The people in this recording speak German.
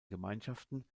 gemeinschaften